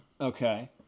Okay